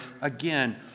again